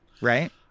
right